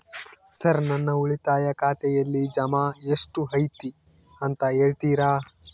Sir ನನ್ನ ಉಳಿತಾಯ ಖಾತೆಯಲ್ಲಿ ಜಮಾ ಎಷ್ಟು ಐತಿ ಅಂತ ಹೇಳ್ತೇರಾ?